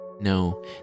No